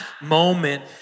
moment